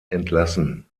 entlassen